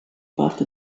parte